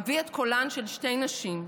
אביא את קולן של שתי נשים,